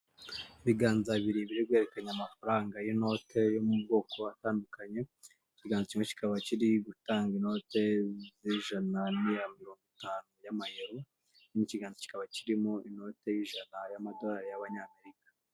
Ibiganza bibiri biri guherekanye amafaranga y'inote yo mu bwoko atandukanye, ikiganza kikaba kiri gutanga inote y'ijana n'iya mirongo itanu y'amayero ikindi kiganza kikaba kirimo inote y'ijana y'amadolari y'Abanyamerika.